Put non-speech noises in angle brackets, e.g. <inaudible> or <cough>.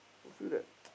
I feel that <noise>